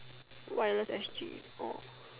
wireless s_g oh